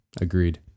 Agreed